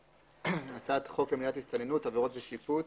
תיקון חוק למניעת הסתננות (עבירות ושיפוט)